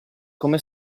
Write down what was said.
come